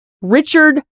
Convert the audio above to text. Richard